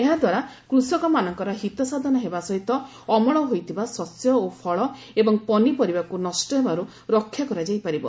ଏହାଦ୍ୱାରା କୃଷକମାନଙ୍କର ହିତ ସାଧନ ହେବା ସହିତ ଅମଳ ହୋଇଥିବା ଶସ୍ୟ ଓ ଫଳ ଏବଂ ପନିପରିବାକୁ ନଷ୍ଟ ହେବାର୍ ରକ୍ଷା କରାଯାଇ ପାରିବ